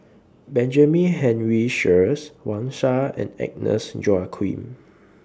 Benjamin Henry Sheares Wang Sha and Agnes Joaquim